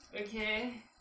Okay